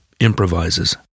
improvises